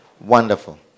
Wonderful